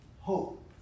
hope